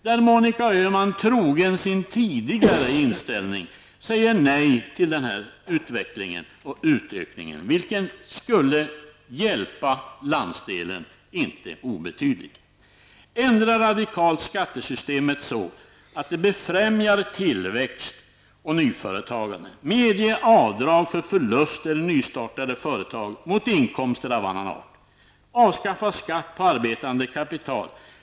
Men Monica Öhman, trogen sin tidigare inställning, säger nej till denna utveckling och utökning, vilken inte obetydligt skulle hjälpa landsdelen. Vi vill att skattesystemet ändras radikalt, så att det befrämjar tillväxt och nyföretagande. Avdrag bör medges för förluster i nystartade företag mot inkomster av annan art. Skatten på arbetande kapital bör avskaffas.